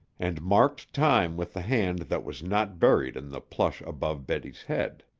and marked time with the hand that was not buried in the plush above betty's head.